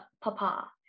Papa